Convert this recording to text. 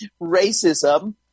racism